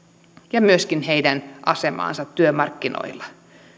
ja myöskin heidän asemaansa työmarkkinoilla